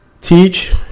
teach